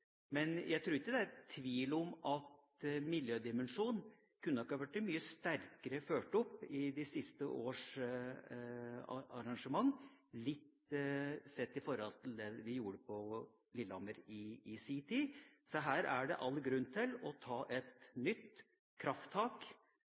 men jeg tror ikke det er tvil om at miljødimensjonen kunne ha vært mye sterkere vektlagt i de siste års arrangementer, litt sett i forhold til det de gjorde på Lillehammer i sin tid. Så her er det all grunn til å ta et